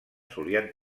solien